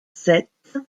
sept